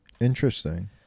Interesting